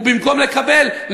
ובמקום לקבל,